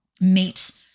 meet